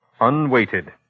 Unweighted